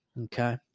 Okay